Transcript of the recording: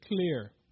clear